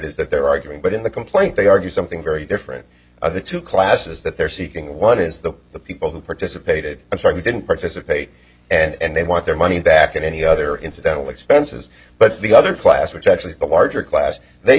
is that they're arguing but in the complaint they argue something very different the two classes that they're seeking one is that the people who participated i'm sorry didn't participate and they want their money back and any other incidental expenses but the other class which actually the larger class they